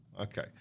okay